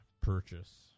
purchase